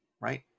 right